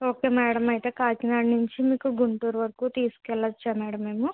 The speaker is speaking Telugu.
ఓకే మేడం అయితే కాకినాడ నుంచి మీకు గుంటూరు వరకు తీసుకెళ్ళవచ్చా మేడం మేము